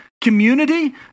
community